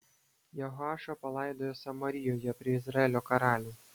jehoašą palaidojo samarijoje prie izraelio karalių